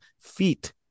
feet